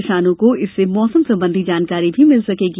किसानों को इससे मौसम संबंधी जानकारी भी मिल सकेगी